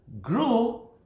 grew